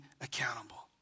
accountable